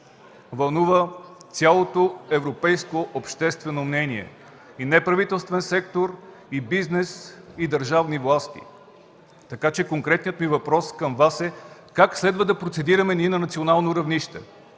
вълнува цялото европейско обществено мнение, неправителствения сектор, бизнес и държавни власти. Конкретният ми въпрос към Вас е: как следва да процедираме ние на национално равнище?